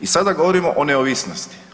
I sada govorimo o neovisnosti.